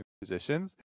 positions